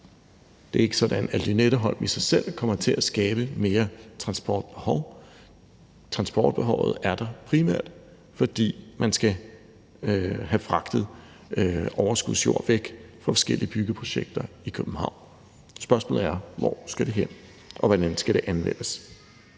at det ikke er sådan, at Lynetteholm i sig selv kommer til at skabe et større transportbehov. Transportbehovet er der, primært fordi man skal have fragtet overskudsjord væk fra forskellige byggeprojekter i København. Spørgsmålet er: Hvor skal det hen, og hvordan skal det anvendes?